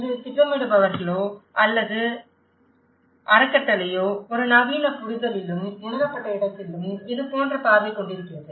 இது திட்டமிடுபவர்களோ அல்லது அறக்கட்டளையோ ஒரு நவீன புரிதலிலும் உணரப்பட்ட இடத்திலும் இதுபோன்ற பார்வை கொண்டிருக்கிறது